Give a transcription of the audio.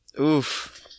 Oof